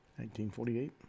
1948